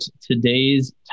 today's